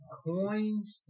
coins